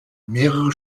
mehrere